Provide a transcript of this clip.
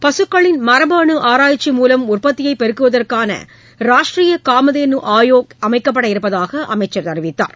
பசுக்களின் மரபணு ஆராய்ச்சி மூலம் உற்பத்தியை பெருக்குவதற்கான ராஷ்ட்ரீய காமதேனு ஆயோக் அமைக்கப்பட இருப்பதாக அமைச்சர் அறிவித்தார்